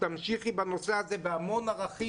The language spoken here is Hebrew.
תמשיכי בנושא הזה בהמון ערכים.